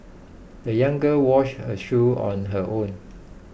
the young girl washed her shoes on her own